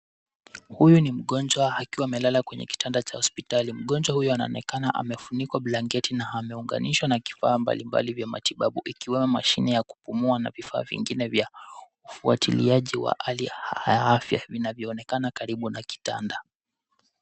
Huyu ni mgonjwa akiwa amelala kwenye kitanda cha hospitali. Mgonjwa huyo anaonekana amefunikwa blanketi na ameunganishwa na kifaa mbalimbali vya matibabu ikiwemo mashine ya kupumua na vifaa vingine vya ufuatiliaji wa hali ya afya vinavyoonekana karibu na kitanda.